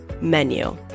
menu